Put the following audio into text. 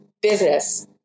business